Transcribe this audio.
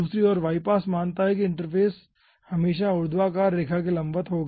दूसरी ओर y पास मानता है कि इंटरफ़ेस हमेशा ऊर्ध्वाधर रेखा के लंबवत होगा